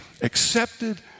accepted